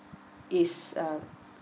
is um